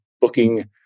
booking